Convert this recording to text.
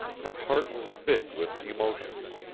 her heart was big with emotions,